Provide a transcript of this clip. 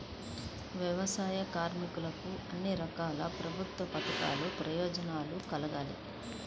వ్యవసాయ కార్మికులకు అన్ని రకాల ప్రభుత్వ పథకాల ప్రయోజనం కలగాలి